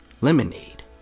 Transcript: lemonade